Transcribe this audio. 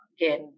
Again